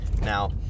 Now